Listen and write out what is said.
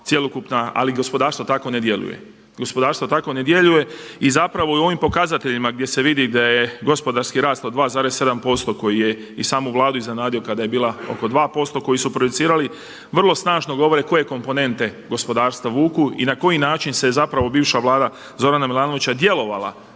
gospodarstvo tako ne djeluje. I zapravo i u ovim pokazateljima gdje se vidi da je gospodarski rast od 2,7% koji je i samu Vladu iznenadio kada je bila oko 2%, koji su projicirali vrlo snažno govore koje komponente gospodarstvo vuku i na koji način se zapravo bivša Vlada Zorana Milanovića djelovala